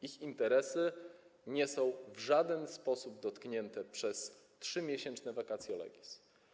Ich interesy nie są w żaden sposób dotknięte przez 3-miesięczne vacatio legis.